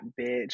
bitch